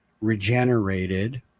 regenerated